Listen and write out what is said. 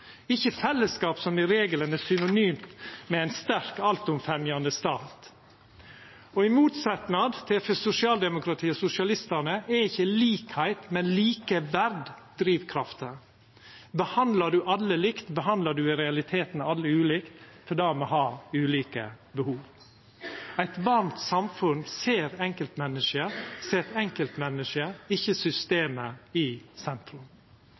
ikkje fellesskap som i regelen er synonymt med ein sterk altomfemnande stat. Og i motsetnad til i sosialdemokratiet og hos sosialistane er ikkje likskap, men likeverd drivkrafta. Behandlar ein alle likt, behandlar ein i realiteten alle ulikt fordi me har ulike behov. Eit varmt samfunn ser enkeltmennesket og set enkeltmennesket og ikkje systemet i sentrum.